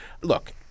Look